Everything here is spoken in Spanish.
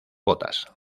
botas